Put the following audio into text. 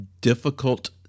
difficult